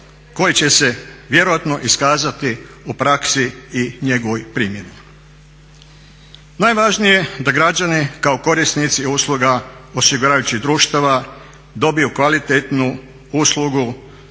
koji će se vjerojatno iskazati u praksi i njegovoj primjeni. Najvažnije da građani kao korisnici usluga osiguravajućih društava dobiju kvalitetnu uslugu,